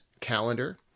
calendar